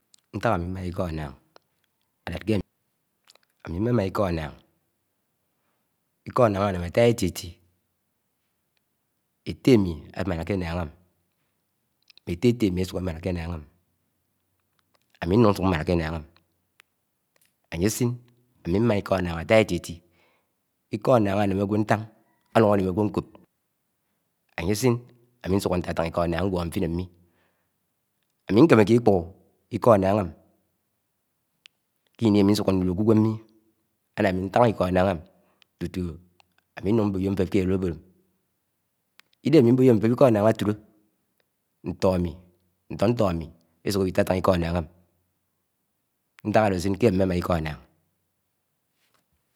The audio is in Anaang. ntāk āmi mmãhã īkō ãnnāng ãdé kè amì mmémá īkó anang, íko annáng ānem átá étí étí étté ámi āmaná ke ánnáng ámi ette-ette ami asuk ámáná ke ānnang, ami, ámi núk nsuk mmáná ke ánnang ami ayesin mmá iko ánnáng ata éti éti. iko anang ānem ágwo ntán, ánun ánem ágwo nkop, áyesin ami nsuke ntān iko annang ngwo nfin ami mmi. ámi nkemeke ikpoho iko ānnáng ami ke ini ami nsuke nlulu me ugwem mmi áná ámi ntan iko annang āmi tutu ami nnun'mboyo nfēp ke a'o'obod āmi. ldéhé ami nboyo nfep iko ānnāng atulo, ntōi āmi, ntór ntór ami esuk ewi ītatān iko ānnāng ami nták áde ásin me āmi mmema iko ānnáng.